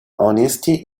honesty